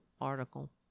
article